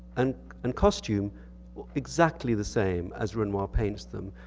and and costume exactly the same as renoir paints them.